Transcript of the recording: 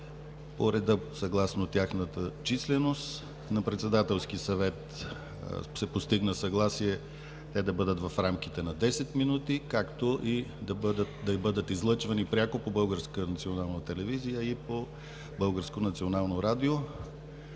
по реда съгласно тяхната численост. На Председателския съвет се постигна съгласие те да бъдат в рамките на десет минути, както и да бъдат излъчвани пряко по Българската